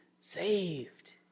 saved